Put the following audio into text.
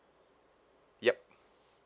yup